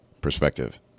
perspective